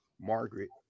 Margaret